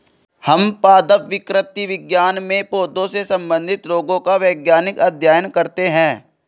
हम पादप विकृति विज्ञान में पौधों से संबंधित रोगों का वैज्ञानिक अध्ययन करते हैं